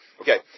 Okay